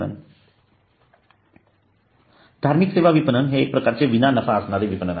त्यामुळे धार्मिक सेवा विपणन हे एक प्रकारचे विना नफा असणारे विपणन आहे